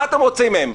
מה אתם רוצים מהם?